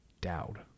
Dowd